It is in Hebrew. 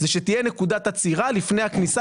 זה שתהיה נקודת עצירה לפני הכניסה